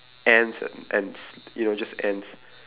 ends end ends~ you know just ends